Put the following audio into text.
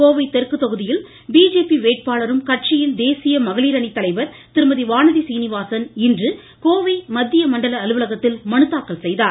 கோவை தெற்கு தொகுதியில் பிஜேபி வேட்பாளரும் கட்சியின் தேசிய மகளிர் அணித்தலைவர் திருமதி வானதி ஸ்ரீனிவாசன் இன்று கோவை மத்திய மண்டல அலுவலகத்தில் மனு தாக்கல் செய்தார்